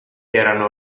erano